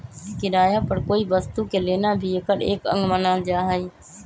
किराया पर कोई वस्तु के लेना भी एकर एक अंग मानल जाहई